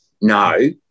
No